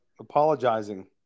Apologizing